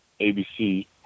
ABC